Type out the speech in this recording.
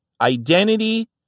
identity